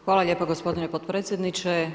Hvala lijepa gospodine potpredsjedniče.